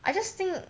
I just think